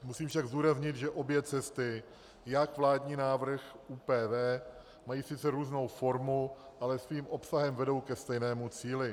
Musím však zdůraznit, že obě cesty, jak vládní návrh, ÚPV, mají sice různou formu, ale svým obsahem vedou ke stejnému cíli.